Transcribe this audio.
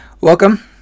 welcome